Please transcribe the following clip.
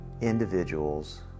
individuals